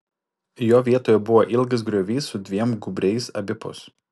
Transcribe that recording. jo vietoje buvo ilgas griovys su dviem gūbriais abipus